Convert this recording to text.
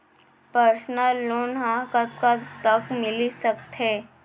Personal loan ह कतका तक मिलिस सकथे?